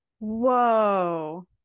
whoa